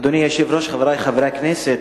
אדוני היושב-ראש, חברי חברי הכנסת,